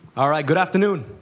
all right, good afternoon.